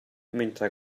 mentre